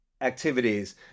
activities